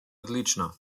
odlično